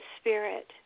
spirit